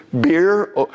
beer